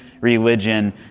religion